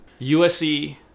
USC